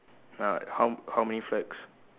uh how how many flags